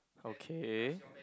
okay